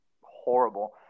horrible